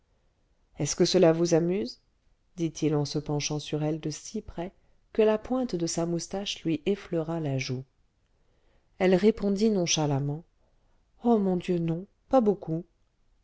est-ce que cela vous amuse dit-il en se penchant sur elle de si près que la pointe de sa moustache lui effleura la joue elle répondit nonchalamment oh mon dieu non pas beaucoup